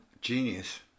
Genius